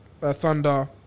Thunder